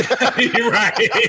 Right